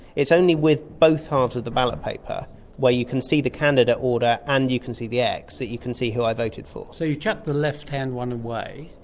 it's only with both halves of the ballot paper where you can see the candidate order and you can see the x that you can see who i voted for. so you chuck the left-hand one away?